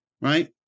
right